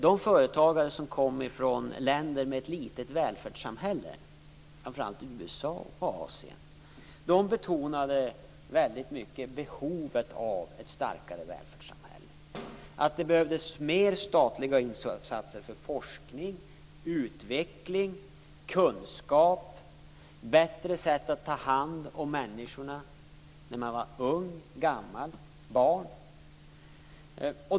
De företagare som kom från länder med ett litet välfärdssamhälle, framför allt USA och Asien, betonade väldigt mycket behovet av ett starkare välfärdssamhälle, att det behövdes mer statliga insatser för forskning, utveckling, kunskap och bättre sätt att ta hand om människorna när de är unga, gamla och barn.